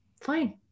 fine